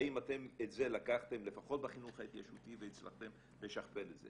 האם אתם את זה לקחתם לפחות בחינוך ההתיישבותי והצלחתם לשכפל את זה?